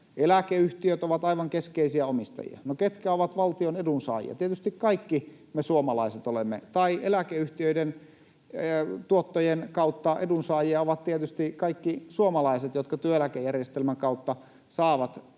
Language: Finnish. eläkeyhtiöt ovat aivan keskeisiä omistajia. No, ketkä ovat valtion edunsaajia? Tietysti kaikki me suomalaiset olemme, tai eläkeyhtiöiden tuottojen kautta edunsaajia ovat tietysti kaikki suomalaiset, jotka työeläkejärjestelmän kautta saavat oman